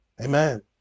amen